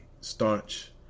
staunch